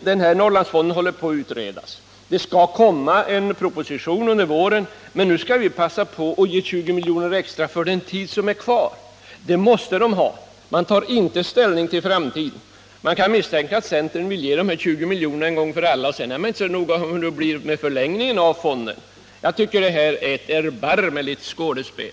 Den här Norrlandsfonden håller på att utredas, det skall komma en proposition under våren, men nu skall vi passa på att ge 20 miljoner extra för den tid som är kvar — det måste fonden ha. Man tar inte ställning till framtiden. Och jag kan misstänka att centern vill ge dessa 20 miljoner en gång för alla och sedan inte är så noga med hur det blir med fondens framtid. Jag tycker det är ett erbarmligt skådespel.